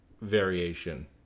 variation